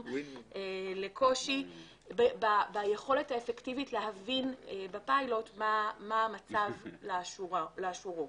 בקושי ביכולת האפקטיבית להבין בפיילוט מה המצב לאשורו.